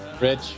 Rich